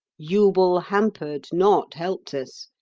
jubal hampered, not helped us.